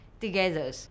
together